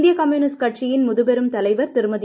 இந்திய கம்யூனிஸ்ட் கட்சியின் முதுபெரும் தலைவர் திருமதி